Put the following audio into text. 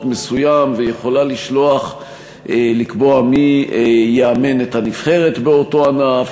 מסוים ויכולה לקבוע מי יאמן את הנבחרת באותו ענף,